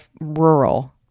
rural